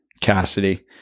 Cassidy